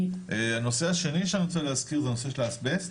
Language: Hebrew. הנושא השני שאני רוצה להזכיר זה נושא האסבסט,